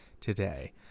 today